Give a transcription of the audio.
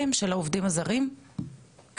יש אותו גם באתר הרשות,